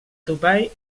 topall